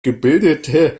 gebildete